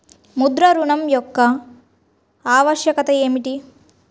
ముద్ర ఋణం యొక్క ఆవశ్యకత ఏమిటీ?